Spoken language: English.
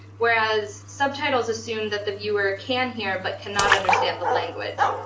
whereas subtitles assume that the viewer can hear but cannot understand the language.